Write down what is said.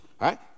right